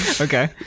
okay